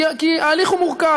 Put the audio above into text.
כי ההליך הוא מורכב.